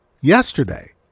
yesterday